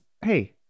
hey